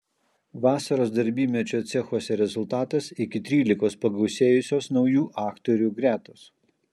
vasaros darbymečio cechuose rezultatas iki trylikos pagausėjusios naujų aktorių gretos